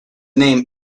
name